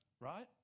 right